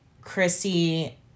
Chrissy